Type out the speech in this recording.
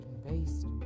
based